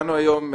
הגענו היום,